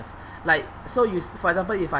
like so you for example if I